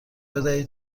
بدهید